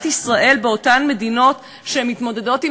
ישראל באותן מדינות שהן מתמודדות עם